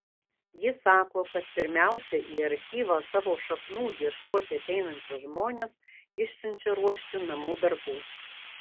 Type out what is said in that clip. ji sako kad pirmiausia į archyvą savo šaknų ieškoti ateinančius žmones išsiunčia ruošti namų darbų